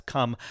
Come